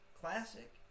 classic